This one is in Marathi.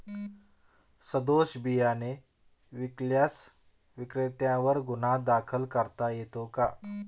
सदोष बियाणे विकल्यास विक्रेत्यांवर गुन्हा दाखल करता येतो का?